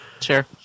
Sure